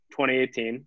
2018